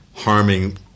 harming